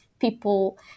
people